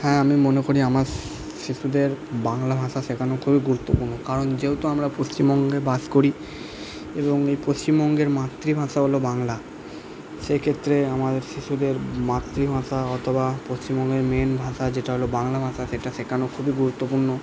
হ্যাঁ আমি মনে করি আমার শিশুদের বাংলা ভাষা শেখানো খুবই গুরুত্বপূর্ণ কারণ যেহেতু আমরা পশ্চিমবঙ্গে বাস করি এবং এই পশ্চিমবঙ্গের মাতৃভাষা হল বাংলা সেক্ষেত্রে আমার শিশুদের মাতৃভাষা অথবা পশ্চিমবঙ্গের মেন ভাষা যেটা হল বাংলা ভাষা সেটা শেখানো খুবই গুরুত্বপূর্ণ